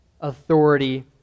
authority